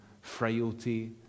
frailty